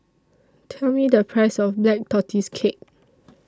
Tell Me The Price of Black Tortoise Cake